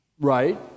Right